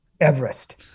Everest